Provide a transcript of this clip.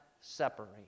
separate